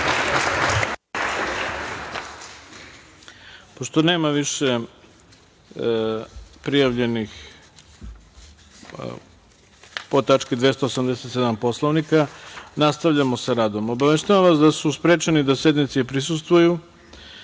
Pošto nema više prijavljenih po tački 287. Poslovnika, nastavljamo sa radom. Obaveštavamo vas da su sprečeni da sednici prisustvuju